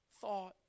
thought